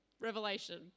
Revelation